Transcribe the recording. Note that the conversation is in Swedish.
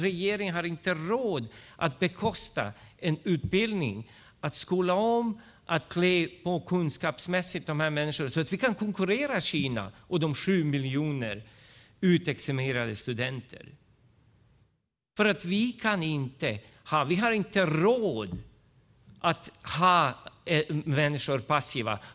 Regeringen har inte råd att bekosta en utbildning, att skola om dessa människor, att klä dem kunskapsmässigt så att vi kan konkurrera med Kina och de 7 miljoner utexaminerade studenterna. Vi har inte råd att ha människor passiva.